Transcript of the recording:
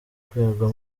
rwego